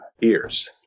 ears